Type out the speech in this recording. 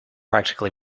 practically